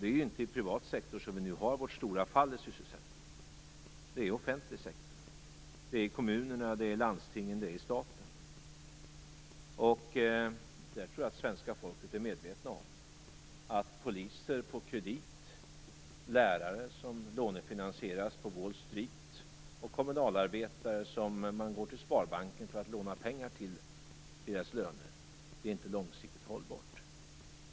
Det är ju inte i privat sektor som vi nu har vårt stora fall i sysselsättning, utan det är i offentlig sektor - i kommunerna, i landstingen och i staten. Jag tror att svenska folket är medvetet om att poliser på kredit, lärare som lånefinansieras på Wall Street och kommunalarbetare för vilkas lön man går till Sparbanken och lånar pengar inte är långsiktigt hållbart.